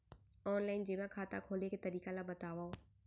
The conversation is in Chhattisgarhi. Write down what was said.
ऑनलाइन जेमा खाता खोले के तरीका ल बतावव?